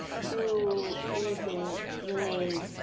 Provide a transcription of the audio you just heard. to anything you name,